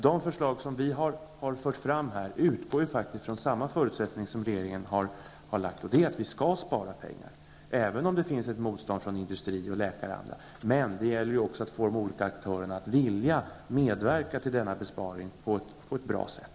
De förslag vi har fört fram här utgår från samma förutsättning som regeringen, nämligen att vi skall spara pengar. Detta gäller även om det finns ett motstånd från industri, läkare m.fl., men det gäller också att få de olika aktörerna att vilja medverka till denna besparing på ett bra sätt.